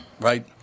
Right